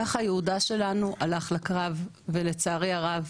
ככה יהודה שלנו הלך לקרב ולצערי הרב